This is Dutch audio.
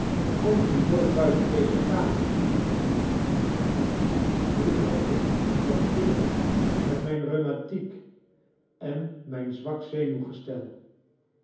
komt u nooit buiten deze kamer moeder hoe zou ik dat kunnen met mijn rheumatiek en mijn zwak